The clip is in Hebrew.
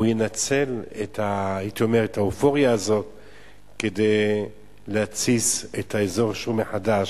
ינצל את האופוריה הזאת כדי להתסיס את האזור מחדש.